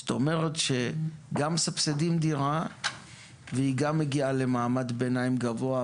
זאת אומרת שגם מסבסדים דירה והיא גם מגיעה למעמד ביניים גבוה,